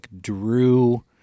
drew